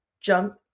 jump